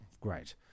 Great